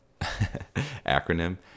acronym